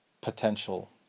potential